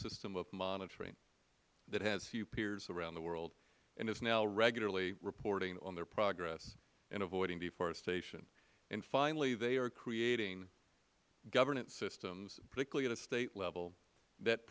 system of monitoring that has few peers around the world and is now regularly reporting on their progress in avoiding deforestation and finally they are creating governance systems particularly at a state level that